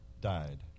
died